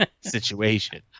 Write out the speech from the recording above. situation